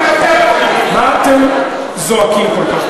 מה אתם זועקים כל כך?